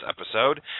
episode